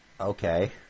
Okay